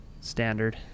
standard